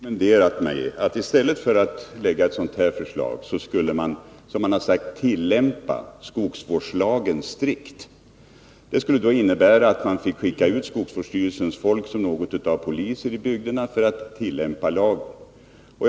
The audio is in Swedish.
Herr talman! Man har rekommenderat mig att i stället för att lägga ett sådant förslag skulle man tillämpa skogsvårdslagen strikt. Det skulle innebära att man fick skicka ut skogsvårdsstyrelsens folk som något av poliser i bygderna för att tillämpa lagen.